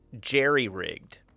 Jerry-rigged